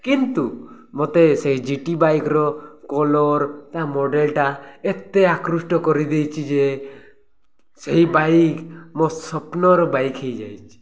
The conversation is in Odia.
କିନ୍ତୁ ମୋତେ ସେଇ ଜିଟି ବାଇକ୍ର କଲର୍ ତା ମଡ଼େଲ୍ଟା ଏତେ ଆକୃଷ୍ଟ କରିଦେଇଛି ଯେ ସେହି ବାଇକ୍ ମୋ ସ୍ୱପ୍ନର ବାଇକ୍ ହେଇଯାଇଛି